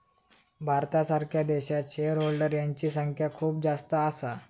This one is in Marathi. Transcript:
भारतासारख्या देशात शेअर होल्डर यांची संख्या खूप जास्त असा